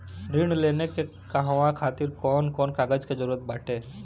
ऋण लेने के कहवा खातिर कौन कोन कागज के जररूत बाटे?